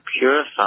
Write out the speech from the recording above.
purify